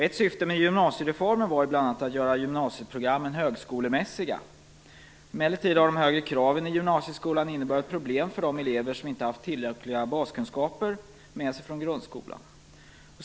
Ett syfte med gymnasiereformen var bl.a. att göra gymnasieprogrammen högskolemässiga. Emellertid har de högre kraven i gymnasieskolan inneburit problem för de elever som inte har haft tillräckliga baskunskaper med sig från grundskolan.